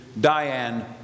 Diane